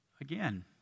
again